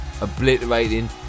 obliterating